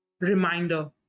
reminder